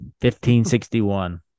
1561